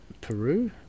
Peru